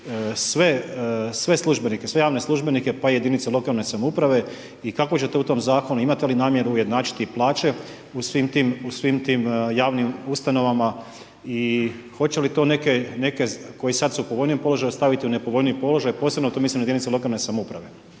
sve službenike, sve javne službenike pa i jedinice lokalne samouprave i kako ćete u tom zakonu, imat li namjeru ujednačiti plaće u svim tim javnim ustanovama i hoće li to neke koji sad u povoljnijem položaju, staviti u nepovoljniji položaj, posebno tu mislim na jedinice lokalne samouprave